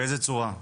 יכולנו כחלופה,